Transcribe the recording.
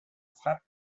frappe